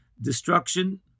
destruction